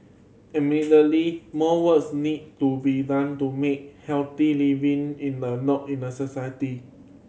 admittedly more works need to be done to make healthy living in a norm in the society